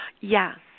Yes